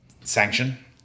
sanction